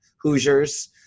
hoosiers